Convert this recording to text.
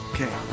Okay